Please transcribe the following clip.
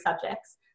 subjects